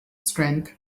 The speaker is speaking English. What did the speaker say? strength